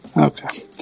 Okay